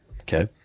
Okay